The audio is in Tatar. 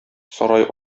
сарай